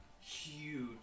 huge